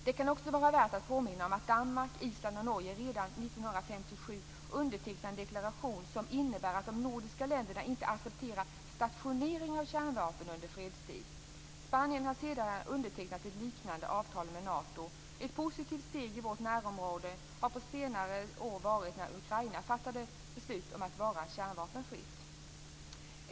Det kan också vara värt att påminna om att Danmark, Island och Norge redan år 1957 undertecknade en deklaration som innebär att dessa tre nordiska länderna inte accepterar stationering av kärnvapen under fredstid. Spanien har senare undertecknat ett liknande avtal med Nato. Ett postivt steg i vårt närområde på senare år var när Ukraina fattade beslut om att vara kärnvapenfritt.